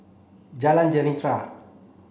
Jalan